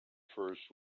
first